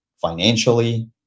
financially